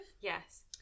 Yes